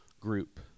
group